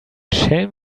schelm